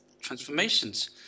transformations